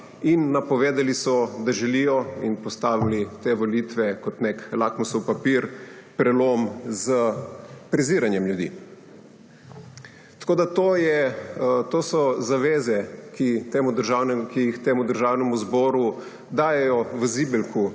in napovedali so, da želijo, in postavili te volitve kot nek lakmusov papir, prelom s preziranjem ljudi. Tako da to so zaveze, ki jih temu državnemu zboru dajejo v zibelko